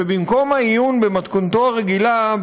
ובמקום העיון במתכונתו הרגילה,